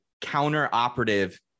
counter-operative